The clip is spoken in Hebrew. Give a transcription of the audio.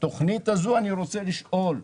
התכנית הזאת, אני רוצה לשאול,